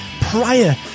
prior